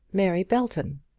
mary belton.